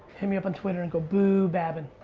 hit me up on twitter and go boo babin.